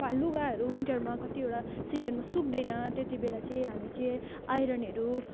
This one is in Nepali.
पा लुगाहरू विन्टरमा कतिवटा सिजनमा सुक्दैन त्यति बेला चाहिँ हामी चाहिँ आइरनहरू